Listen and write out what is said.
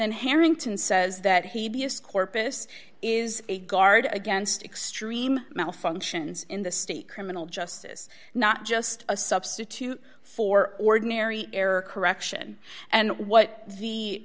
then harrington says that he b s corpus is a guard against extreme malfunctions in the state criminal justice not just a substitute for ordinary error correction and what the